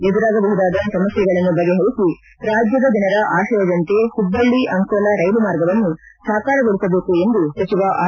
ಎದುರಾಗಬಹುದಾದ ಸಮಸ್ಕೆಗಳನ್ನು ಬಗೆಹರಿಸಿ ರಾಜ್ಯದ ಜನರ ಆಶಯದಂತೆ ಹುಬ್ಬಳ್ಳಿ ಅಂಕೋಲಾ ರೈಲು ಮಾರ್ಗವನ್ನು ಸಾಕಾರಗೊಳಿಸಬೇಕು ಎಂದು ಸಚಿವ ಆರ್